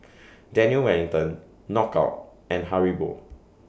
Daniel Wellington Knockout and Haribo